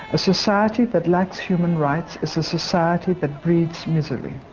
a society that lacks human rights is a society that breeds misery.